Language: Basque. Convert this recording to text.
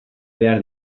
behar